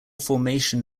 formation